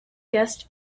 guest